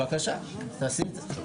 בבקשה, תעשי את זה.